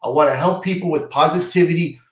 i want to help people with positivity.